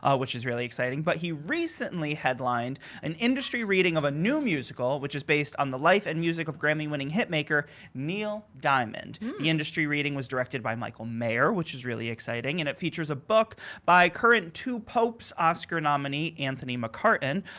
ah which is really exciting. but he recently headlined an industry reading of a new musical, which is based on the life and music of grammy-winning hit maker neil diamond. the industry reading was directed by michael mayar, which is really exciting, and it features a book by current two popes oscar nominee anthony mccarten.